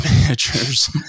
managers